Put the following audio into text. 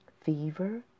fever